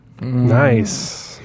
Nice